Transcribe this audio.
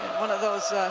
one of those